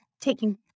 taking